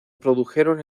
produjeron